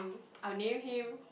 I'll name him